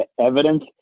evidence